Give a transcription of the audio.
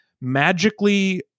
magically